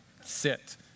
sit